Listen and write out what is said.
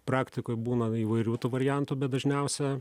praktikoj būna įvairių tų variantų bet dažniausia